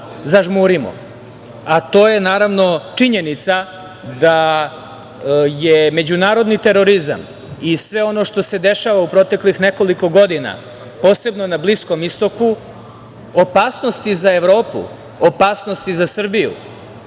zažmurimo, a to je, naravno, činjenica da je međunarodni terorizam i sve ono što se dešava u proteklih nekoliko godina, posebno na Bliskom istoku, opasnost i za Evropu, opasnost i za Srbiju.